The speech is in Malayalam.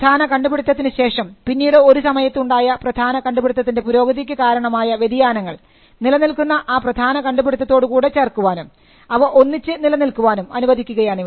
പ്രധാന കണ്ടുപിടുത്തത്തിനു ശേഷം പിന്നീട് ഒരു സമയത്ത് ഉണ്ടായ പ്രധാന കണ്ടുപിടുത്തത്തിൻറെ പുരോഗതിക്ക് കാരണമായ വ്യതിയാനങ്ങൾ നിലനിൽക്കുന്ന ആ പ്രധാന കണ്ടുപിടുത്തത്തോടെ കൂടെ ചേർക്കാനും അവ ഒന്നിച്ച് നിലനിൽക്കാനും അനുവദിക്കുകയാണിവിടെ